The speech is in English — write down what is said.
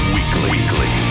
Weekly